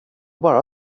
bara